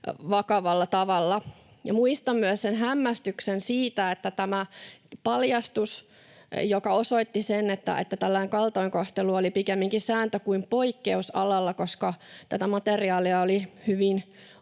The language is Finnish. vakavalla tavalla. Muistan myös sen hämmästyksen ja pettymyksen siitä, että tämä paljastus, joka osoitti sen, että tällainen kaltoinkohtelu oli pikemminkin sääntö kuin poikkeus alalla, koska tätä materiaalia oli hyvin